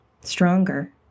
stronger